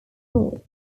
north